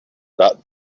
that